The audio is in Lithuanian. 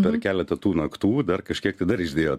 dar keletą tų naktų dar kažkiek tai dar išdėjo